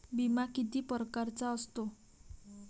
बिमा किती परकारचा असतो?